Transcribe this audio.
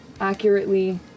accurately